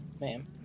ma'am